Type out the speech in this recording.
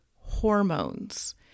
hormones